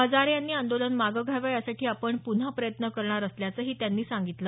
हजारे यांनी आंदोलन मागं घ्यावं यासाठी आपण पुन्हा प्रयत्न करणार असल्याचंही त्यांनी सांगितलं